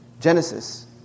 Genesis